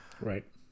Right